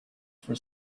for